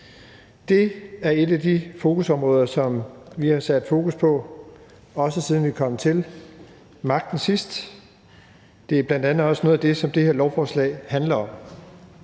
Det er et af de fokusområder, som vi har haft, også siden vi kom til magten sidst. Det er bl.a. også noget af det, som det her lovforslag handler om.